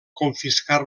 confiscar